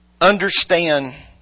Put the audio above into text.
understand